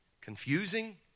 confusing